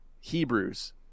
Hebrews